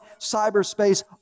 cyberspace